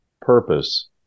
purpose